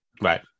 Right